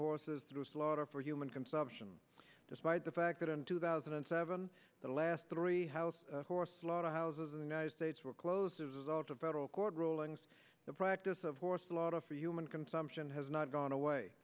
horses through slaughter for human consumption despite the fact that in two thousand and seven the last three house horse slaughter houses in the united states were closed to federal court rulings the practice of horse lot of for human consumption has not gone away